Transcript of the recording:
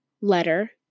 letter